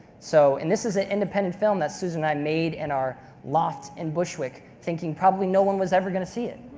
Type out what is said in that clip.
so and this is an independent film that susan and i made in our loft in bushwick thinking probably no one was ever going to see it.